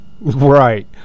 Right